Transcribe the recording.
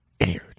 aired